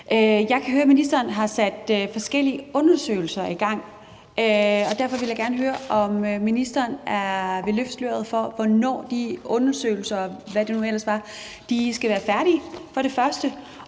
Jeg kan høre, at ministeren har sat forskellige undersøgelser i gang, og derfor vil jeg for det første gerne høre, om ministeren vil løfte sløret for, hvornår de undersøgelser, og hvad det nu ellers var, skal være færdige, og for det andet